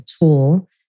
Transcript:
tool